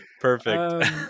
perfect